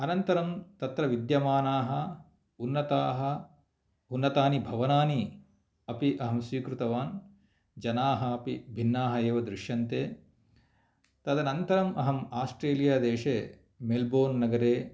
अनन्तरं तत्र विद्यमानाः उन्नताः उन्नतानि भवनानि अपि अहं स्वीकृतवान् जनाः अपि भिन्नाः एव दृश्यन्ते तदनन्तरम् अहं आस्ट्रेलिया देशे मेलबोर्न् नगरे